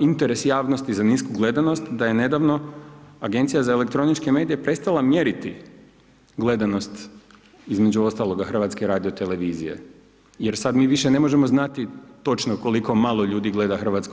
interes javnosti za nisku gledanost, da je nedavno Agencija za elektroničke medije prestala mjeriti gledanost, između ostaloga, HRT-a jer sad mi više ne možemo znati točno koliko malo ljudi gleda HRT.